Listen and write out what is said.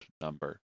number